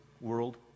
World